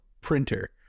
printer